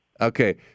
Okay